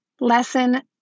Lesson